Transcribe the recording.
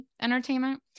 Entertainment